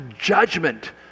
judgment